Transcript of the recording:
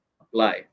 apply